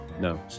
no